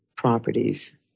Properties